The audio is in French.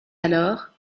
alors